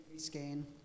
scan